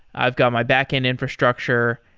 i've got my backend infrastructure.